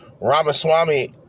Ramaswamy